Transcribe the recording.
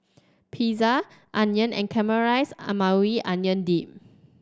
Pizza Udon and Caramelized Maui Onion Dip